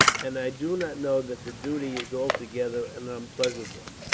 and i do not know that the duty is altogether an unpleasant one.